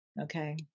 Okay